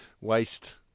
waste